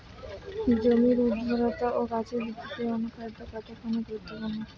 জমির উর্বরতা ও গাছের বৃদ্ধিতে অনুখাদ্য কতখানি গুরুত্বপূর্ণ?